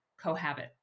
cohabit